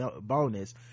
bonus